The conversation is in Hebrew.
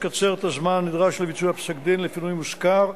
הצעת חוק סדר הדין הפלילי (תיקון מס' 67) (ביטול קובלנה),